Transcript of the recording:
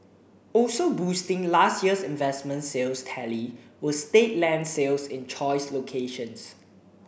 also boosting last year's investment sales tally were state land sales in choice locations